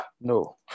No